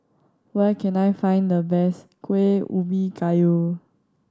where can I find the best Kuih Ubi Kayu